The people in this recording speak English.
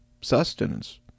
sustenance